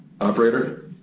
Operator